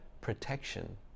protection